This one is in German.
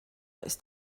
ist